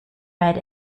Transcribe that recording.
red